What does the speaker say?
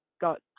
got